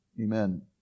Amen